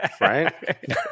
Right